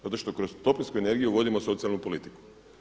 Zato što kroz toplinsku energiju vodimo socijalnu politiku.